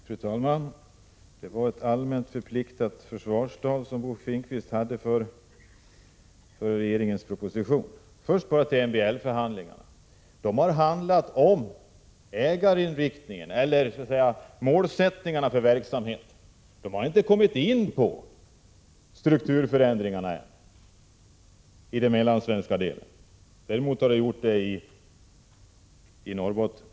Fru talman! Bo Finnkvist höll ett allmänt förpliktat försvarstal för regeringens proposition. MBL-förhandlingarna har handlat om målsättningarna för verksamheten, och man har i den mellansvenska delen av SSAB ännu inte kommit in på strukturförändringarna, vilket man däremot har gjort i Norrbotten.